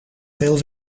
veel